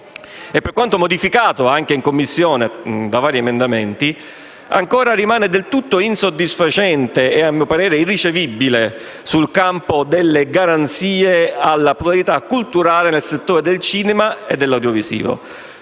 per quanto modificato in Commissione da vari emendamenti, rimane del tutto insoddisfacente e - a mio parere - irricevibile nel campo delle garanzie alla pluralità culturale nel settore del cinema e dell'audiovisivo.